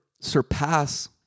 surpass